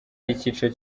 icyiciro